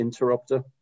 interrupter